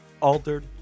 Altered